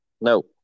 No